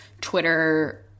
Twitter